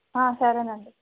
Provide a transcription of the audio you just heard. సరే అండీ